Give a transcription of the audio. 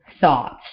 thoughts